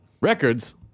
Records